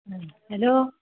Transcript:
हं हॅलो